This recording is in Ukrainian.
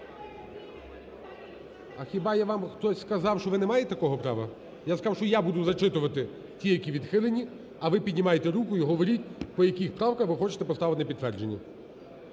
А хіба вам хтось сказав, що ви не маєте такого права? Я сказав, що я буду зачитувати ті, які відхилені, а ви піднімайте руку і говоріть, по яких правках, ви хочете поставити на підтвердження.